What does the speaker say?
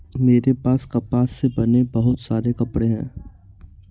मेरे पास कपास से बने बहुत सारे कपड़े हैं